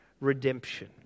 redemption